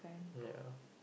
ya